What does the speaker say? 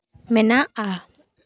ᱢᱮᱱᱟᱜᱼᱟ